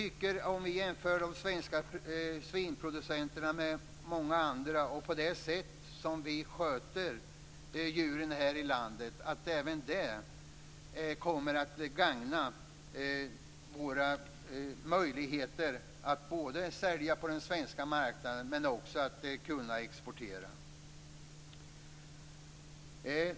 Om man jämför de svenska svinproducenterna med flera andra utifrån det sätt på vilket vi sköter djuren här i landet, tror vi att även det kommer att gagna våra möjligheter både att sälja på den svenska marknaden och att kunna exportera.